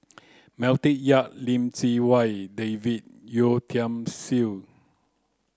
Matthew Yap Lim Chee Wai David Yeo Tiam Siew